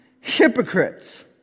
Hypocrites